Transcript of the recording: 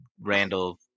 Randall